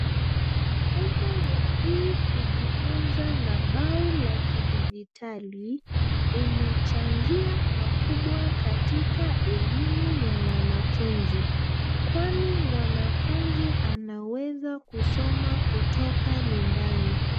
Mfumo wa hii kujifunza na bao la kidijitali imechangia pakubwa katika elimu ya wanafunzi, kwani mwanafunzi anaweza kusoma kutoka nyumbani.